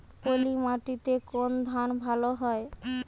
পলিমাটিতে কোন ধান ভালো হয়?